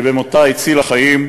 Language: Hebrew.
שבמותה הצילה חיים,